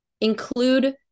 include